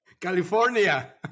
California